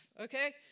Okay